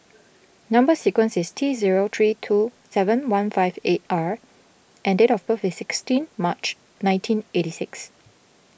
Number Sequence is T zero three two seven one five eight R and date of birth is sixteen March nineteen eighty six